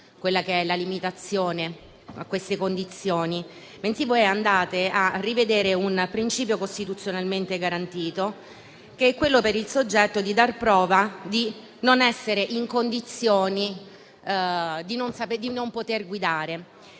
quella che è la limitazione a queste condizioni, poiché andate a rivedere un principio costituzionalmente garantito, che è quello della possibilità per il soggetto di dar prova di non essere in condizioni di non poter guidare,